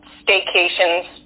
staycations